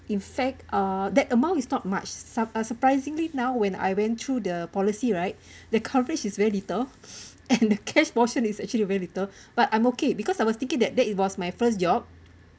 in fact uh that amount is not much sur~ uh surprisingly now when I went through the policy right the coverage is very little and the cash portion is actually very little but I'm okay because I was thinking that that it was my first job